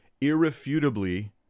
irrefutably